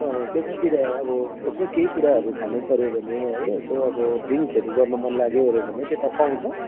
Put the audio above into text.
त्यतातिर अब यसो केही कुराहरू खानुपर्यो भने है यसो अब ड्रिङक्सहरू गर्नु मन लाग्योओर्यो भने त्यता पाउँछ